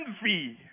envy